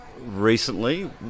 recently